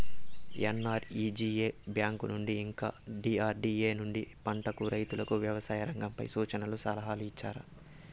NREGA bank నుండి ఇంకా DRDA నుండి పంటలకు రైతుకు వ్యవసాయ రంగంపై సూచనలను సలహాలు ఇచ్చారా